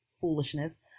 foolishness